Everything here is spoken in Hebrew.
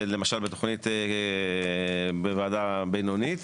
למשל בתוכנית בוועדה בינונית,